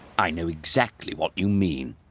i know exactly what you mean,